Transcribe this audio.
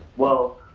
well,